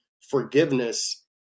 forgiveness